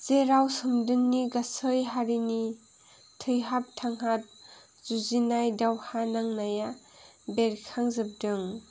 जेराव सोमदोननि गासै हारिनि थैहाब थांहाब जुजिनाय दावहा नांनाया बेरखांजोबदों